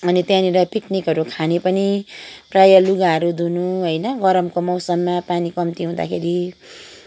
अनि त्यहाँनिर पिकनिकहरू खाने पनि प्रायः लुगाहरू धुनु होइन गरमको मौसममा पानी कम्ती हुँदाखेरि